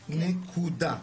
נקודה.